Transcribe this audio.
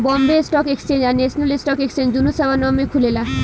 Bombay stock exchange आ national stock exchange दुनो सवा नौ में खुलेला